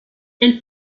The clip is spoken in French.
elle